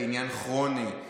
כעניין כרוני,